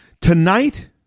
tonight